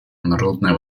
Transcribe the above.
народные